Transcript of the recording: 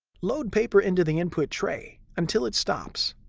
load paper into the input tray until it stops.